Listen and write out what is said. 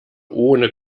ohne